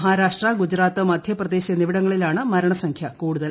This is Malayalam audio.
മഹാരാഷ്ട്ര ഗുജറാത്ത് മധ്യപ്രദേശ് എന്നിവിടങ്ങളിലാണ് മരണസംഖ്യ കൂടുതൽ